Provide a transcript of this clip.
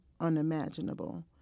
unimaginable